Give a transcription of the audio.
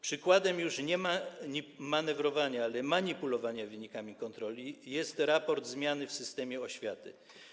Przykładem już nie manewrowania, ale manipulowania wynikami kontroli jest raport „Zmiany w systemie oświaty”